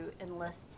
enlist